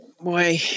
Boy